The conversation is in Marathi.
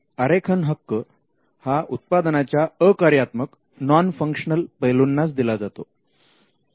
आरेखन हक्क हा उत्पादनाच्या अकार्यात्मक नॉन फंक्शनल पैलूंनाच दिला जातो